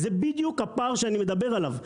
זה בדיוק הפער שאני מדבר עליו.